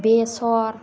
बेसर